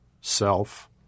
self